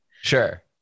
Sure